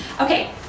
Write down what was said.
Okay